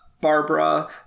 Barbara